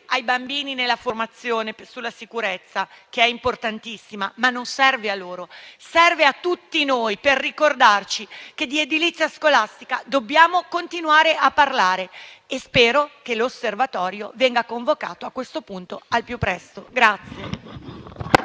ai bambini nella formazione sulla sicurezza, che è importantissima, non serve a loro. Serve a tutti noi per ricordarci che di edilizia scolastica dobbiamo continuare a parlare. Spero che, a questo punto, l'Osservatorio venga convocato al più presto.